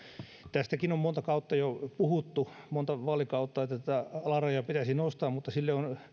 tästäkin on jo monta vaalikautta puhuttu että tätä alarajaa pitäisi nostaa mutta sille on